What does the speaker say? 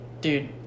dude